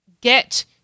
get